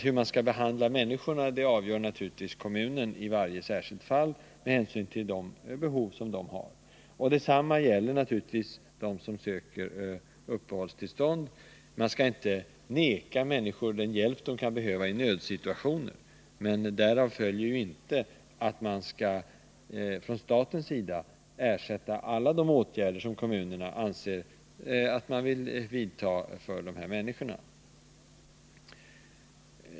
Hur de enskilda människorna skall behandlas avgör alltså kommunen med hänsyn till de behov som föreligger i varje särskilt fall. Detsamma gäller naturligtvis dem som söker uppehållstillstånd. Man skall inte förvägra människor den hjälp de kan behöva i nödsituationer, men därav följer inte att staten skall ge ersättning för alla de åtgärder som kommunerna anser att de skall vidta för dessa människor.